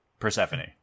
Persephone